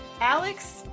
Alex